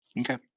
Okay